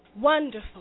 Wonderful